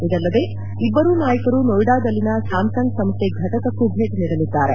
ಇದಲ್ಲದೆ ಇಬ್ಬರೂ ನಾಯಕರು ನೋಯ್ಡಾದಲ್ಲಿನ ಸ್ತಾಮ್ಸಂಗ್ ಸಂಸ್ವೆಯ ಫಟಕಕ್ತೆ ಭೇಟಿ ನೀಡಲಿದ್ದಾರೆ